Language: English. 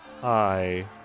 Hi